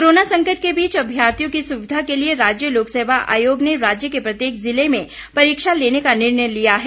corona संकट के बीच अभ्यर्थियों की सुविधा के लिए राज्य लोकसेवा आयोग ने राज्य के प्रत्येक जिले में परीक्षा लेने का निर्णय लिया है